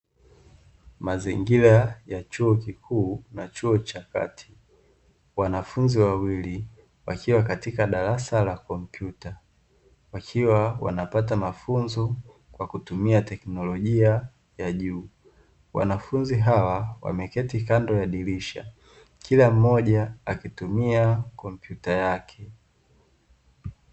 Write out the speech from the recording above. Mazingira ya chuo kikuu na chuo cha kati. Wanafunzi wawili wakiwa katika darasa la kompyuta. Wakiwa wanapata mafunzo kwa kutumia teknolojia ya juu. Wanafunzi hawa wameketi kando ya dirisha, kila mmoja akitumia kompyuta yake.